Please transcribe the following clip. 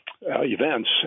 events